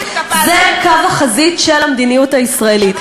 זה קו החזית של המדיניות הישראלית,